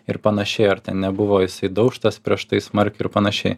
ir panašiai ar nebuvo jisai daužtas prieš tai smarkiai ir panašiai